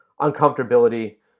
uncomfortability